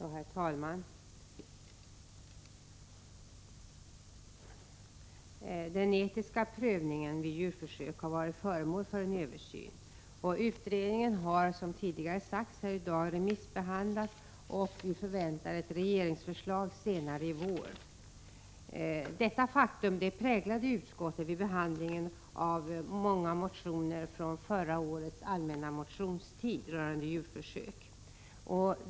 Herr talman! Den etiska prövningen av djurförsök har varit föremål för en översyn. Utredningen har, som tidigare sagts här i dag, remissbehandlats, och vi förväntar oss ett regeringsförslag senare i vår. Detta faktum präglade utskottet vid behandlingen av många motioner rörande djurförsök från förra årets allmänna motionstid.